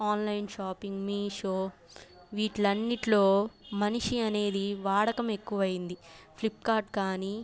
online shopping Meesho వీట్లన్నిట్లో మనిషి అనేది వాడకం ఎక్కువైంది ఫ్లిప్కార్ట్ కానీ